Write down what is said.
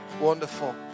Wonderful